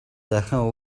дахин